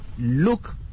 look